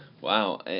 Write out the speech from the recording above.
Wow